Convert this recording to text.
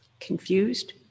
Confused